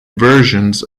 versions